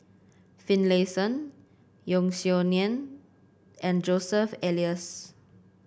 Finlayson Yeo Song Nian and Joseph Elias